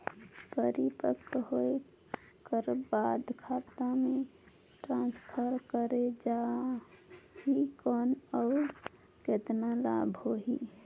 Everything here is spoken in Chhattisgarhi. परिपक्व होय कर बाद खाता मे ट्रांसफर करे जा ही कौन और कतना लाभ होही?